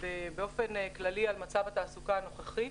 באופן כללי מצב התעסוקה הנוכחי